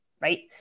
right